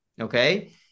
okay